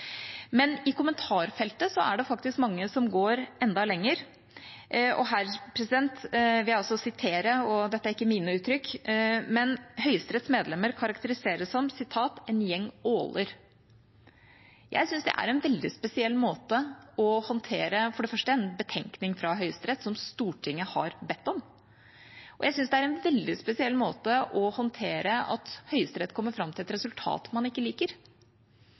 Men i kommentarfeltet er det faktisk mange som går enda lenger, og her, president, vil jeg også sitere – og dette er ikke mine uttrykk: Høyesteretts medlemmer karakteriseres som en gjeng åler. Jeg synes for det første det er en veldig spesiell måte å håndtere en betenkning fra Høyesterett på som Stortinget har bedt om, og jeg synes det er en veldig spesiell måte å håndtere at Høyesterett kommer fram til et resultat man ikke liker.